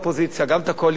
גם את בעלי המקצוע.